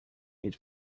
eat